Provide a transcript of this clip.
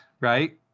right